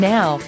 Now